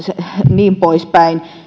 niin poispäin